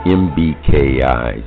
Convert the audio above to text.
mbki